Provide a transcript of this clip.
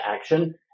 action